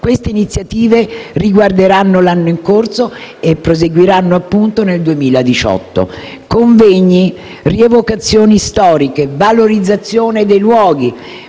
Queste iniziative riguarderanno l'anno in corso e proseguiranno, appunto, nel 2018. Convegni, rievocazioni storiche, valorizzazione dei luoghi,